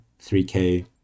3k